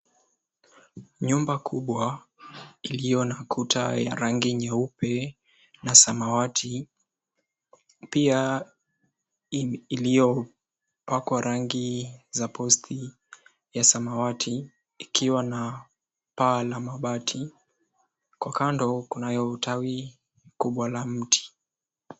Nyumba kubwa ilio na kuta ya rangi nyeupe na samawati pia iliyopakwa rangi za post ya samawati ikiwa na paa la mabati. Kwa kando kunayo tawi kubwa la mti.